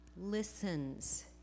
listens